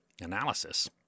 analysis